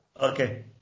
Okay